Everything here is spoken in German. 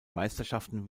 meisterschaften